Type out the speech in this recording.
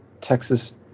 Texas